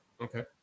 okay